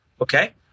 Okay